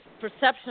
perception